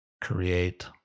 Create